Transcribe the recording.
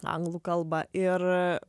anglų kalbą ir